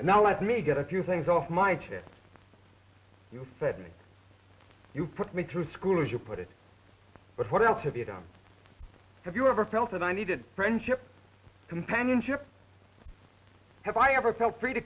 now let me get a few things off my chest you said you put me through school as you put it but what else have you done have you ever felt that i needed friendship companionship have i ever felt free to